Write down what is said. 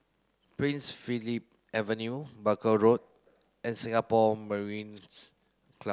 Prince Philip Avenue Buckle Road and Singapore Mariners'